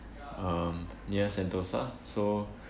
um near sentosa so